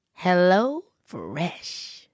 HelloFresh